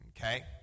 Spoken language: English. okay